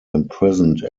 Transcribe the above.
imprisoned